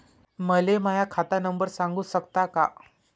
मले माह्या खात नंबर सांगु सकता का?